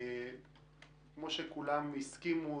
כמו שכולם הסכימו,